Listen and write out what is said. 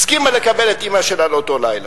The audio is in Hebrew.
הסכימה לקבל את אמא שלה לאותו לילה.